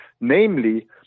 namely